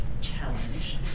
challenge